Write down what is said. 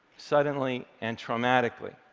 suddenly and traumatically.